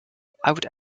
would